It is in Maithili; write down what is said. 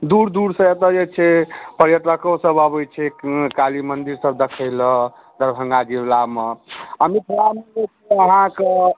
दूर दूरसँ एतऽ जे छै पर्यटको सभ अबैत छै काली मन्दिर सभ देखै लऽ दरभङ्गा जिलामे आ मिथिलामे अहाँकऽ